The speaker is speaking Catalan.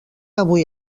avui